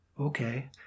Okay